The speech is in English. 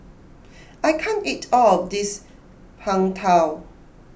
I can't eat all of this Png Tao